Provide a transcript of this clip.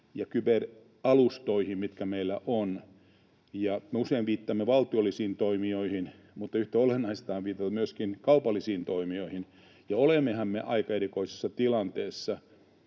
ja kyberalustoihin, mitkä meillä on. Me usein viittaamme valtiollisiin toimijoihin, mutta yhtä olennaista on viitata myöskin kaupallisiin toimijoihin, ja olemmehan me aika erikoisessa tilanteessa,